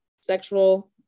sexual